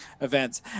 events